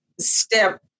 step